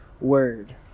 word